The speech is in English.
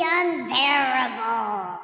unbearable